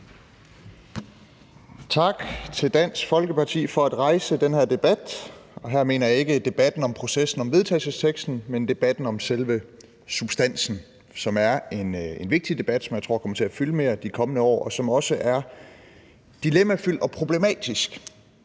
Tak til Dansk Folkeparti for at rejse den her debat. Her mener jeg ikke debatten om processen om forslaget til vedtagelse, men debatten om selve substansen, som er en vigtig debat, som jeg tror kommer til at fylde mere i de kommende år, og som også er dilemmafyldt og problematisk.